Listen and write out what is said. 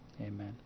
Amen